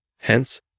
Hence